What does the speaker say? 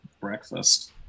breakfast